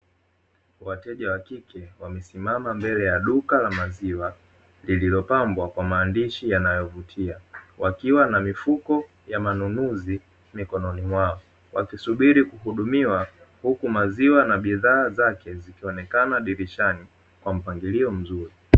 Wateja wa kike wamesimama mbele ya duka la maziwa, lililopambwa kwa maandishi yanayovutia, awakiwa na mifuko ya manunuzi mikononi mwao, wakisubiri kuhudumiwa, huku maziwa na bidhaa zake zikionekana dirishani kwa mpangilio mzuri.